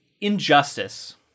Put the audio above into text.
injustice